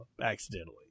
accidentally